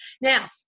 Now